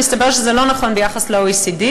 מסתבר שזה לא נכון ביחס ל-OECD,